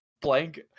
Blank